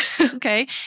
okay